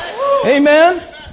Amen